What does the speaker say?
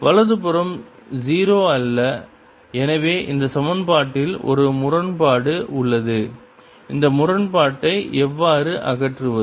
வலது புறம் 0 அல்ல எனவே இந்த சமன்பாட்டில் ஒரு முரண்பாடு உள்ளது அந்த முரண்பாட்டை எவ்வாறு அகற்றுவது